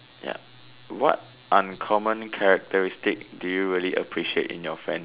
yup what uncommon characteristic do you really appreciate in your friends